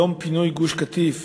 יום פינוי גוש-קטיף,